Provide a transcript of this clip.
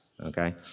okay